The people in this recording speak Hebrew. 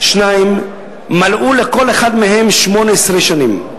2. מלאו לכל אחד מהם 18 שנים,